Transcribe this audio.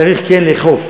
צריך כן לאכוף,